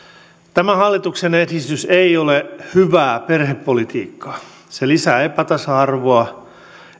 tämä hallituksen esitys ei ole hyvää perhepolitiikkaa se lisää epätasa arvoa